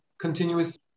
continuous